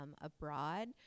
abroad